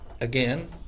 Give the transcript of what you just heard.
again